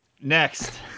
Next